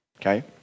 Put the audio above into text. Okay